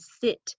sit